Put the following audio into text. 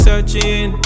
Searching